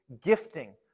gifting